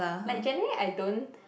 like generally I don't